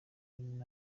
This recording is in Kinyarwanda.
ari